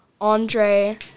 Andre